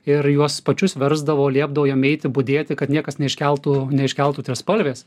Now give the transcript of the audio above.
ir juos pačius versdavo liepdavo jiem eiti budėti kad niekas neiškeltų neiškeltų trispalvės